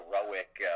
heroic